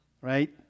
Right